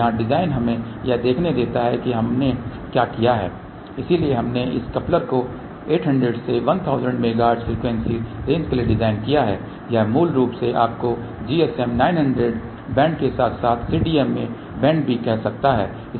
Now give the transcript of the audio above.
तो यहां डिज़ाइन हमें यह देखने देता है कि हमने क्या किया है इसलिए हमने इस कपलर को 800 से 1000 मेगाहर्ट्ज फ़्रीक्वेंसी रेंज के लिए डिज़ाइन किया है यह मूल रूप से आपको GSM 900 बैंड के साथ साथ CDMA बैंड भी कह सकता है